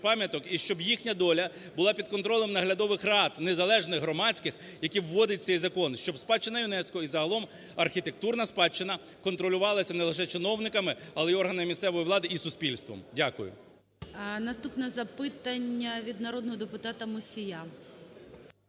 і щоб їхня доля була під контролем наглядових рад незалежних громадських, які вводить цей закон, щоб спадщина ЮНЕСКО і загалом архітектурна спадщина контролювалася не лише чиновниками, а й органами місцевої влади і суспільством. Дякую. 16:18:14 ГОЛОВУЮЧИЙ. Наступне запитання від народного депутата Мусія.